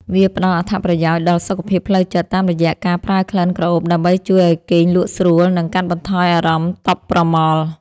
វាផ្ដល់អត្ថប្រយោជន៍ដល់សុខភាពផ្លូវចិត្តតាមរយៈការប្រើក្លិនក្រអូបដើម្បីជួយឱ្យគេងលក់ស្រួល និងកាត់បន្ថយអារម្មណ៍តប់ប្រមល់។